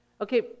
okay